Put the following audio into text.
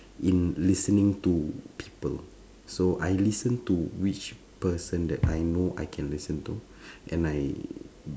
in listening to people so I listen to which person that I know I can listen to and I